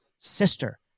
Sister